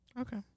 Okay